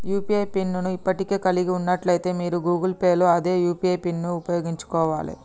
UPI pin ను ఇప్పటికే కలిగి ఉన్నట్లయితే మీరు గూగుల్ పే లో అదే యూ.పీ.ఐ పిన్ను ఉపయోగించుకోవాలే